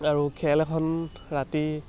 আৰু খেল এখন ৰাতি